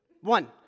One